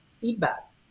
feedback